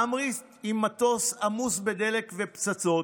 להמריא עם מטוס עמוס בדלק ופצצות,